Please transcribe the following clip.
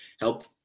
help